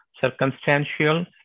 circumstantial